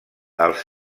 els